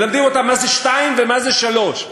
מלמדים אותם מה זה שתיים ומה זה שלוש.